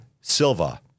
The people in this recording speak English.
Silva